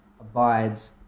abides